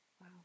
Wow